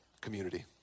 community